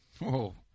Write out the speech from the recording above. Whoa